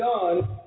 done